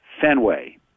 Fenway